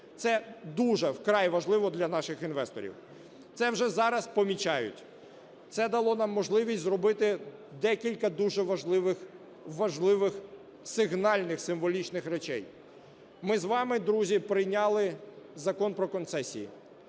Це дуже вкрай важливо для наших інвесторів. Це вже зараз помічають, це дало нам можливість зробити декілька дуже важливих сигнальних символічних речей. Ми з вами, друзі, прийняли Закон про концесії.